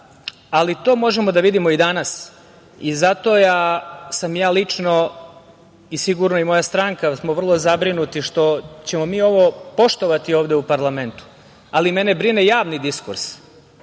ali to možemo da vidimo i danas i zato sam ja lično i sigurno i moja stranka smo vrlo zabrinuti što ćemo mi ovo poštovati ovde u parlamentu, ali mene brine javni diskurs. Mene